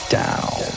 down